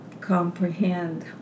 comprehend